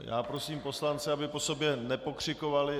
Já prosím poslance, aby po sobě nepokřikovali.